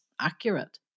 accurate